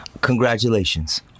congratulations